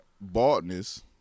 baldness